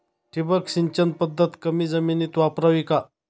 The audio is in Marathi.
ठिबक सिंचन पद्धत कमी जमिनीत वापरावी का?